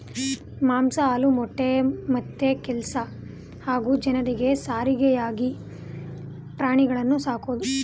ಮಾಂಸ ಹಾಲು ಮೊಟ್ಟೆ ಮತ್ತೆ ಕೆಲ್ಸ ಹಾಗೂ ಜನರಿಗೆ ಸಾರಿಗೆಗಾಗಿ ಪ್ರಾಣಿಗಳನ್ನು ಸಾಕೋದು